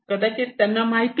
कदाचित त्यांना माहिती नाही